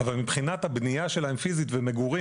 אבל מבחינת הבנייה שלהם פיזית ומגורים